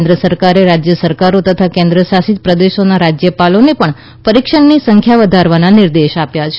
કેન્દ્ર સરકારે રાજય સરકારો તથા કેન્દ્રશા સિત પ્રદેશોના વડાઓને પણ પરીક્ષણની સંખ્યા વધારવાના નિર્દેશ આપ્યા છે